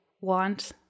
want